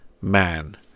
man